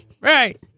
Right